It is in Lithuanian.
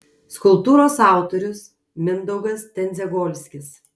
skulptūros autorius mindaugas tendziagolskis